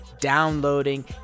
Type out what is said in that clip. downloading